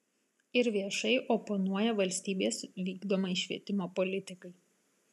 ir viešai oponuoja valstybės vykdomai švietimo politikai